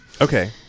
Okay